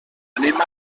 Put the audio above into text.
anem